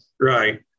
Right